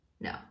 No